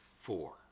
four